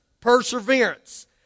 perseverance